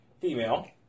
female